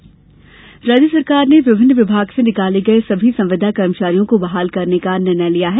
संविदा बहाली राज्य सरकार ने विभिन्न विभाग से निकाले गये सभी संविदा कर्मचारियों को बहाल करने का निर्णय लिया है